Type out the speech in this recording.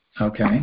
Okay